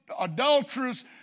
adulterers